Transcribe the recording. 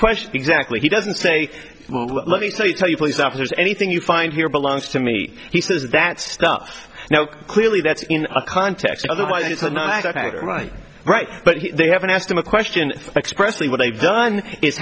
question exactly he doesn't say let me tell you tell you police officers anything you find here belongs to me he says that stuff now clearly that's in a context otherwise it's not right but they haven't asked him a question expressly what they've done i